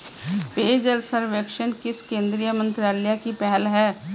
पेयजल सर्वेक्षण किस केंद्रीय मंत्रालय की पहल है?